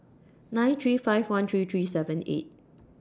nine three five one three three seven eight